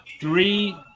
three